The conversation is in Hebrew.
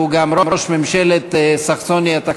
שהוא גם ראש ממשלת סקסוניה-תחתית,